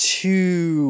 two